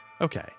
okay